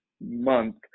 month